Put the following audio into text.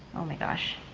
oh my gosh.